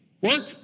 Work